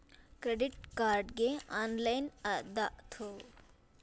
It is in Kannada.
ಕ್ರೆಡಿಟ್ ಕಾರ್ಡ್ಗೆ ಆನ್ಲೈನ್ ದಾಗ ಅರ್ಜಿ ಹಾಕ್ಬಹುದೇನ್ರಿ?